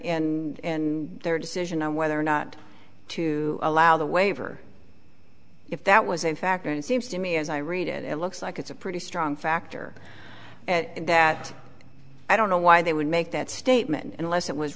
and their decision on whether or not to allow the waiver if that was a factor it seems to me as i read it it looks like it's a pretty strong factor that i don't know why they would make that statement unless it was